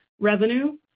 revenue